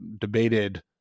debated